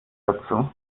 dazu